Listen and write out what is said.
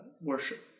worship